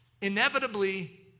inevitably